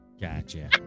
gotcha